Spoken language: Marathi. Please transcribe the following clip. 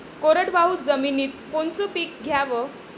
कोरडवाहू जमिनीत कोनचं पीक घ्याव?